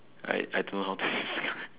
I I don't know how to say